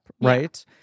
right